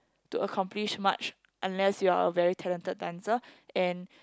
to accomplish much unless you're a very talented dancer and